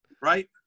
right